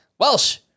Welsh